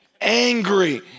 angry